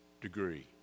degree